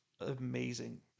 amazing